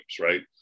Right